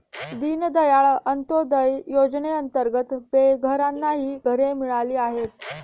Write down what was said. दीनदयाळ अंत्योदय योजनेअंतर्गत बेघरांनाही घरे मिळाली आहेत